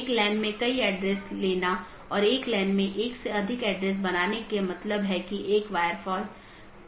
या एक विशेष पथ को अमान्य चिह्नित करके अन्य साथियों को विज्ञापित किया जाता है